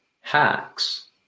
hacks